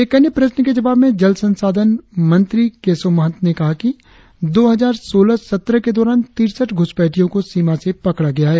एक अन्य प्रश्न के जवाब में जल संसाधन मंत्री केशव महंत ने कहा कि दो हजार सोलह सत्रह के दौरान तिरसठ घ्रसपैठियों को सीमा से पकड़ा गया है